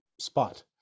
spot